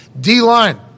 D-line